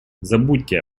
забудьте